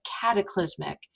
cataclysmic